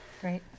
Great